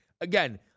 Again